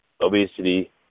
obesity